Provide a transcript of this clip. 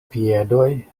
piedoj